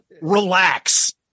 relax